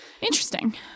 interesting